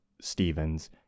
stevens